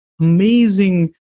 amazing